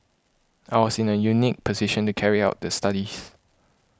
I was in a unique position to carry out the studies